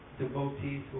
devotees